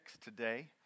today